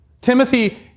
Timothy